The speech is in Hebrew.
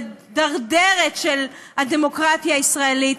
בדרדרת של הדמוקרטיה הישראלית.